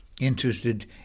interested